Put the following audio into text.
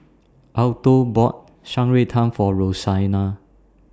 Alto bought Shan Rui Tang For Roseanna